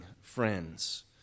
friends